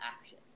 action